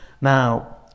Now